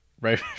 Right